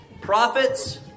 prophets